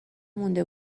مونده